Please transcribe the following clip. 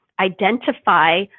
identify